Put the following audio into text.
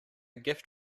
gift